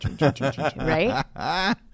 Right